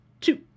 two